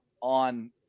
on